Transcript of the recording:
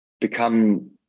become